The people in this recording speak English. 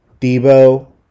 Debo